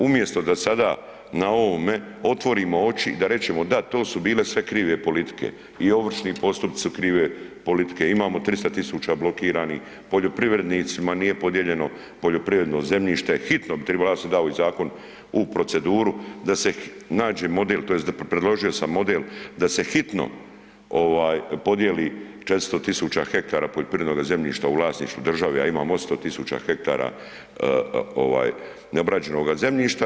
Umjesto da sada na ovome otvorimo oči i da rečemo da to su bile sve krive politike, i ovršni postupci su krive politike, imamo 300 000 blokiranih, poljoprivrednicima nije podijeljeno poljoprivredno zemljište, hitno bi tribalo, ja sam dao i zakon u proceduru, da se nađe model tj. predložio sam model da se hitno ovaj podijeli 400 000 hektara poljoprivrednoga zemljišta u vlasništvu države, a imamo 800 000 hektara ovaj neobrađenoga zemljišta.